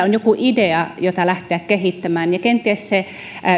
on joku idea jota lähteä kehittämään ja kenties